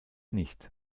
nicht